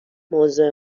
موضوع